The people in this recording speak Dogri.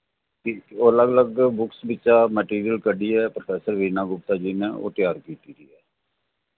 ओह् लग्ग लग्ग बुक्स विच्चा मैटेरियल कड्डियै प्रोफेसर वीणा गुप्ता जी नै ओह् त्यार कीत्ति दी ऐ